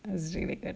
that was really good